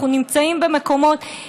אנחנו נמצאים במקומות,